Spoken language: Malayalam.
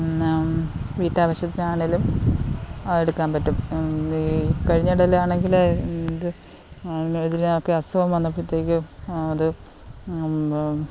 വീട്ടാവശ്യത്തിനാണേലും എടുക്കാൻ പറ്റും വീ കഴിഞ്ഞ ഇടയിലാണെങ്കില് ഇത് ഇതിനെ ഒക്കെ അസുഖം വന്നാപ്പോഴത്തേക്ക് അത്